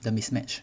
the mismatch